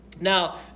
Now